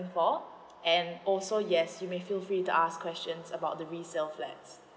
for and also yes you may feel free to ask questions about the resales flat